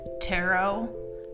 tarot